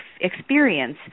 experience